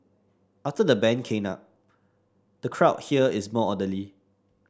after the ban came up the crowd here is more orderly